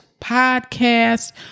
podcast